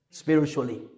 spiritually